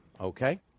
Okay